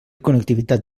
connectivitat